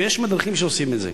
ויש מדריכים שעושים את זה.